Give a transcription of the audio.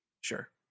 Sure